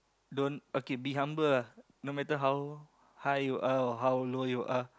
don't okay be humble ah no matter how high you are or how low you are